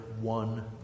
one